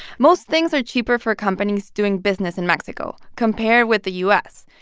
most things are cheaper for companies doing business in mexico compared with the u s.